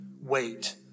wait